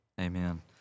amen